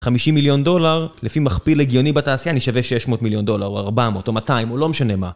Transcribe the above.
50 מיליון דולר, לפי מכפיל הגיוני בתעשייה, נשווה 600 מיליון דולר, או 400, או 200, או לא משנה מה.